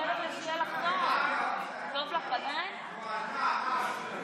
ההצעה להעביר את הצעת חוק בתי דין רבניים (קיום פסקי דין של גירושין)